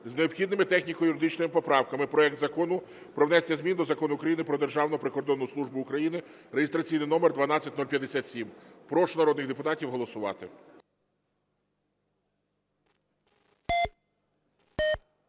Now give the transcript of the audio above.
з необхідними техніко-юридичними поправками проект Закону про внесення змін до Закону України "Про Державну прикордонну службу України" (реєстраційний номер 12057). Прошу народних депутатів голосувати.